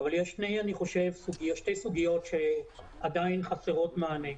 אבל יש שתי סוגיות שעדיין חסרות מענה.